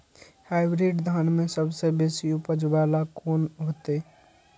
Hybrid धान में सबसे बेसी उपज बाला कोन हेते?